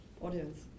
Audience